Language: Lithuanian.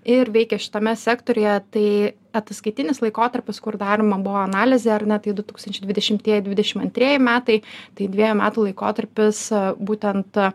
ir veikė šitame sektoriuje tai ataskaitinis laikotarpis kur daroma buvo analizė ar ne tai du tūkstančiai dvidešimtieji dvidešim antrieji metai tai dvejų metų laikotarpis būtent